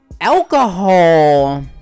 alcohol